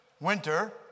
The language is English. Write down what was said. winter